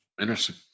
Interesting